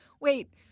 wait